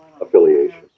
affiliation